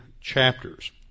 chapters